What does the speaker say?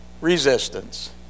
resistance